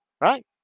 Right